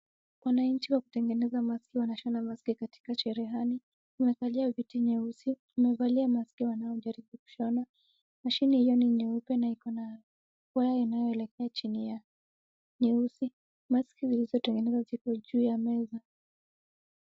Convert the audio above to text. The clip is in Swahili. Wananchi wa kutegeneza maski wanashona maski katika cherehani. Wamekalia viti nyeusi, wamevalia maski wanaojaribu kushona. Mashine hiyo ni nyeupe na ikona wire inayoelekea chini ya, nyeusi. Maski zilizotegenezwa zipo juu ya meza.